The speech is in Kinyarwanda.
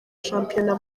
shampiyona